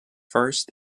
first